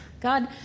God